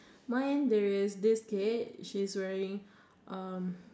mine there is this kid she's wearing um